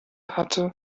hatte